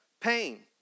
pain